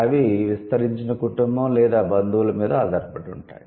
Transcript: అవి విస్తరించిన కుటుంబం లేదా బంధువుల మీద ఆధారపడి ఉంటాయి